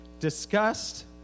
Disgust